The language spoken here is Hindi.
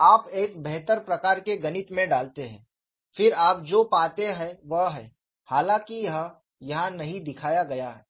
आप एक बेहतर प्रकार के गणित में डालते हैं फिर आप जो पाते हैं वह है हालांकि यह यहां नहीं दिखाया गया है